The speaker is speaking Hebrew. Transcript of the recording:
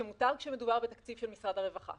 שמותר כשמדובר בתקציב של משרד הרווחה.